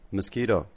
Mosquito